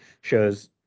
shows